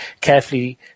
carefully